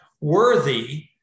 worthy